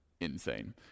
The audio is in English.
Insane